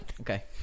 Okay